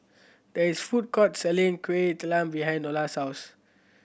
there is food court selling Kueh Talam behind Nola's house